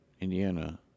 Indiana